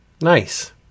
Nice